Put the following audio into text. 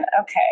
okay